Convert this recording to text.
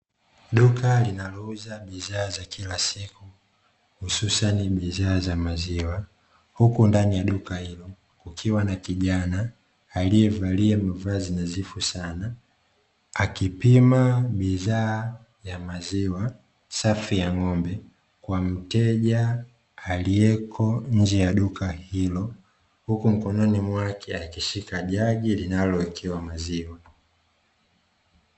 Duka linalouza bidhaa za kila siku hususa ni bidhaa za maziwa huku ndani ya duka hilo kukiwa na kijana alie valia mavazi nadhifu sana akipima bidhaa ya maziwa safi ya ng'ombe kwa mteja alieko nje ya duka hilo huku mkononi mwakwe akishika jagi linalo wekewa maziwa.